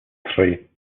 три